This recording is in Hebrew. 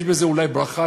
יש בזה אולי ברכה,